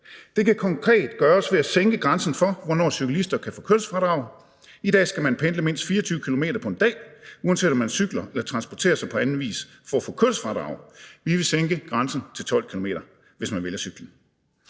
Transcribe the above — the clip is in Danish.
Det kan konkret gøres ved at sænke grænsen for, hvornår cyklister kan få kørselsfradrag. I dag skal man pendle mindst 24 km på en dag, uanset om man cykler eller transporterer sig på anden vis, for at få kørselsfradrag. Vi vil sænke grænsen til 12 km, hvis man vælger cyklen.